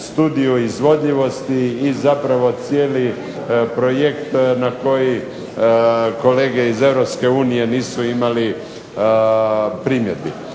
studiju izvodljivosti i zapravo cijeli projekt na koji kolege iz Europske unije nisu imali primjedbi.